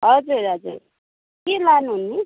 हजुर हजुर के लानु हुने